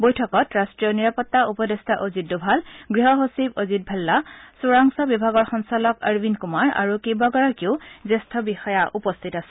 বৈঠকত ৰাষ্ট্ৰীয় নিৰাপত্তা উপদেষ্টা অজিত ডোভাল গৃহ সচিব অজিত ভাল্লা চোৰাংচোৱা বিভাগৰ সঞ্চালক অৰবিন্দ কমাৰ আৰু কেইবাগৰাকীও জ্যেষ্ঠ বিষয়া উপস্থিত আছিল